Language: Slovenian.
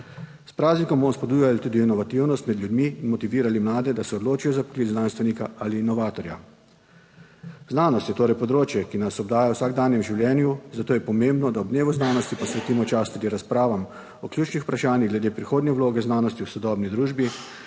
S praznikom bomo spodbujali tudi inovativnost med ljudmi in motivirali mlade, da se odločijo za poklic znanstvenika ali inovatorja. Znanost je torej področje, ki nas obdaja v vsakdanjem življenju, zato je pomembno, da ob dnevu znanosti posvetimo čas tudi razpravam o ključnih vprašanjih glede prihodnje vloge znanosti v sodobni družbi,